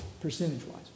Percentage-wise